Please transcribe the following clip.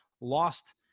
lost